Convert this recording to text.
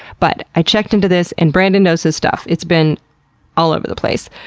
but i checked into this and brandon knows his stuff. it's been all over the place.